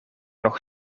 nog